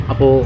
Apo